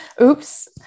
oops